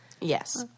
Yes